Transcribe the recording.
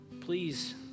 Please